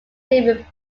leaving